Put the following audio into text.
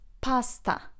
pasta